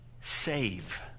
save